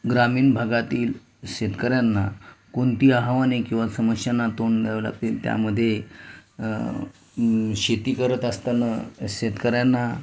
ग्रामीण भागातील शेतकऱ्यांना कोणती आहवाने किंवा समस्यांना तोंड द्यावं लागतील त्यामध्ये शेती करत असताना शेतकऱ्यांना